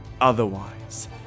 otherwise